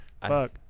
fuck